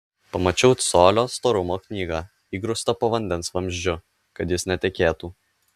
pamačiau colio storumo knygą įgrūstą po vandens vamzdžiu kad jis netekėtų